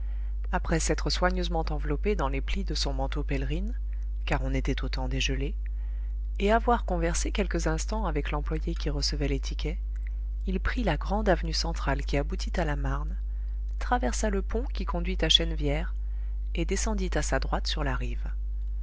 après s'être soigneusement enveloppé dans les plis de son manteau pèlerine car on était au temps des gelées et avoir conversé quelques instants avec l'employé qui recevait les tickets il prit la grande avenue centrale qui aboutit à la marne traversa le pont qui conduit à chennevières et descendit à sa droite sur la rive